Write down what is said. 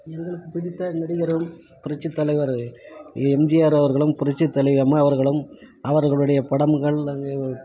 எங்களுக்கு பிடித்த நடிகரும் புரட்சித் தலைவர் எம்ஜிஆர் அவர்களும் புரட்சித் தலைவி அம்மா அவர்களும் அவர்களுடைய படம்கள் அது